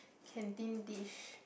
canteen dish